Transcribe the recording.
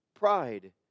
Pride